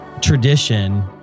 tradition